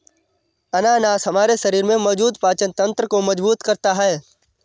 अनानास हमारे शरीर में मौजूद पाचन तंत्र को मजबूत करता है